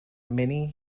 many